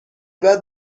بعد